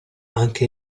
anche